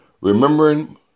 Remembering